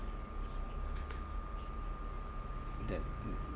that mm